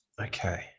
Okay